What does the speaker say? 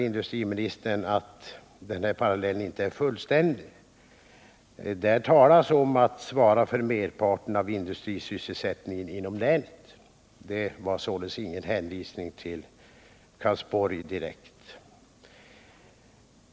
Industriministern menar att parallellen inte är fullständig. Men det talas i propositionen om att ASSI svarar för merparten av industrisysselsättningen inom länet; det var således ingen hänvisning direkt till Karlsborg.